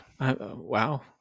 Wow